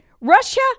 Russia